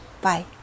Bye